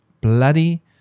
bloody